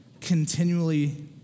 continually